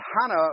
Hannah